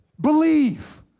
believe